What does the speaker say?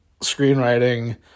Screenwriting